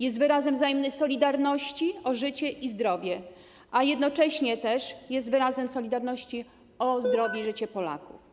Jest wyrazem wzajemnej solidarności o życie i zdrowie, a jednocześnie też jest wyrazem solidarności o zdrowie i życie Polaków.